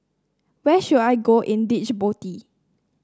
where should I go in Djibouti